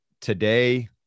today